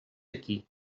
aquí